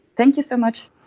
thank you so much.